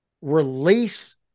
release